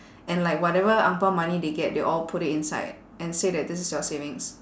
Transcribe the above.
and like whatever ang pao money they get they'll all put it inside and say that this is your savings